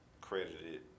credited